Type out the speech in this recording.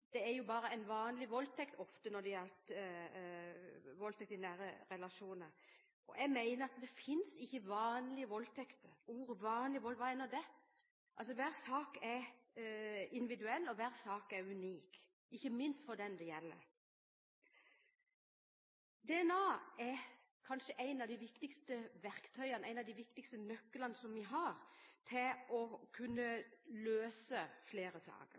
det ofte bare er en «vanlig voldtekt». Jeg mener at det ikke finnes vanlige voldtekter. Begrepet «vanlige voldtekter», hva er nå det? Hver sak er individuell, og hver sak er unik, ikke minst for den det gjelder. DNA er kanskje et av de viktigste verktøyene, en av de viktigste nøklene vi har, til å kunne løse flere saker.